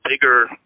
bigger